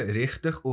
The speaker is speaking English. richtig